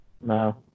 No